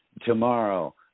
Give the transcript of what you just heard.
tomorrow